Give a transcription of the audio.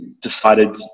decided